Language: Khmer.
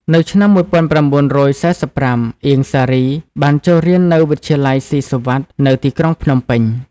នៅឆ្នាំ១៩៤៥ អៀង សារី បានចូលរៀននៅវិទ្យាល័យស៊ីសុវត្ថិ នៅទីក្រុងភ្នំពេញ។